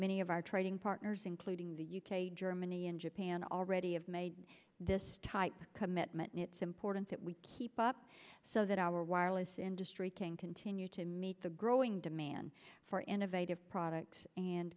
many of our trading partners including the u k germany and japan already have made this type commitment and it's important that we keep up so that our wireless industry can continue to meet the growing demand for innovative products and